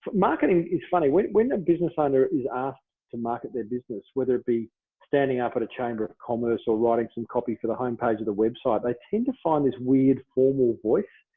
marketing is funny. when a business owner is asked to market their business, whether it be standing up at a chamber of commerce or writing some copy for the home page of the website, they tend to find this weird formal voice